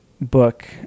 book